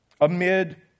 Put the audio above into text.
amid